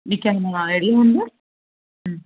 నీకేమైనా ఐడియా ఉందా